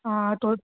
हा